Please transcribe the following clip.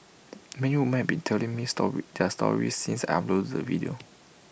many women have been telling me story their stories since I uploaded the video